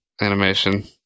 animation